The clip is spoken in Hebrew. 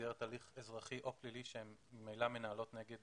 במסגרת הליך אזרחי או פלילי שהן מנהלות נגד